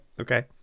Okay